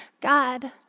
God